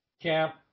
Camp